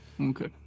okay